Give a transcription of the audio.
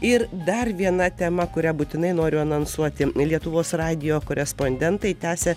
ir dar viena tema kurią būtinai noriu anonsuoti lietuvos radijo korespondentai tęsia